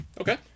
Okay